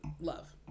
Love